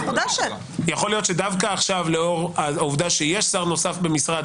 יכול להיות שדווקא עכשיו לאור העובדה שיש שר נוסף במשרד,